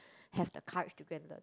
have the courage to go and learn